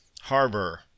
Harbor